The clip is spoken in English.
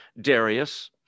Darius